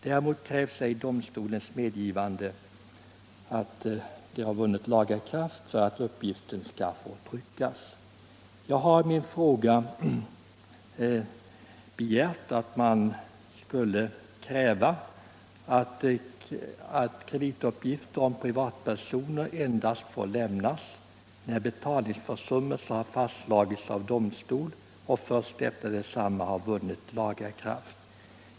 Däremot krävs ej domstols bekräftelse på att ett avgörande vunnit laga kraft för att uppgiften skall få tryckas. Jag har i min fråga begärt att kredituppgifter om privatpersoner endast skulle få lämnas när betalningsförsummelse fastslagits av domstol och först efter det att sådant utslag vunnit laga kraft.